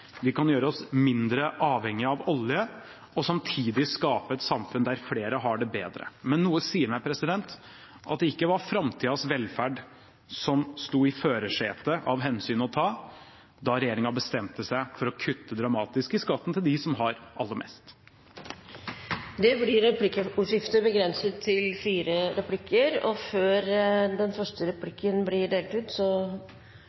Vi kan gjøre oss mindre avhengige av olje og samtidig skape et samfunn der flere har det bedre. Men noe sier meg at det ikke var framtidens velferd som sto fremst av hensyn å ta da regjeringen bestemte seg for å kutte dramatisk i skattene til dem som har aller mest. Representanten Snorre Serigstad Valen har tatt opp de forslagene han refererte til. Det blir replikkordskifte.